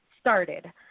started